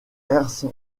ernst